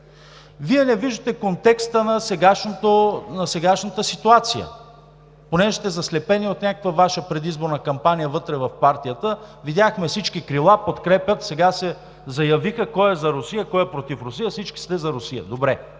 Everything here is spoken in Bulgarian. Вие не виждате контекста на сегашната ситуация, понеже сте заслепени от някаква Ваша предизборна кампания вътре в партията. Видяхме – всички крила подкрепят, сега се заявиха кой е за Русия, кой е против Русия. Всички сте за Русия – добре,